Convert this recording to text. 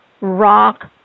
rock